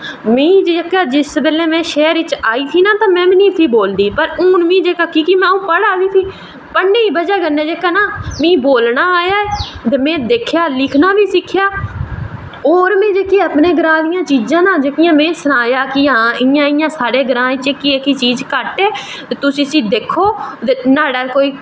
में जिसलै शैह्र च आई ही तां में बी नी ही बोलदी पर हून में कि के पढ़ा दी पढ़ने दी बजाह् कन्नै मिगी बोलना आया ऐ में दिक्खेआ लिखना बी सिक्खेआ होर में अपने ग्रांऽ दियां चीजां न में सनाया हां साढ़ा ग्रांऽ च एह्का एह्की चीज घट्ट ऐ तुस इसी दिक्खो ते न्हाड़ा कोई